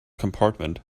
compartment